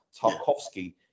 Tarkovsky